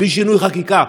בלי שינוי חקיקה,